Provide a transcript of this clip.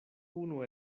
unu